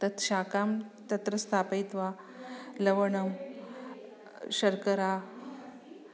तत् शाकां तत्र स्थापयित्वा लवणं शर्करा